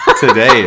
Today